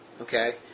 okay